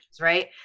right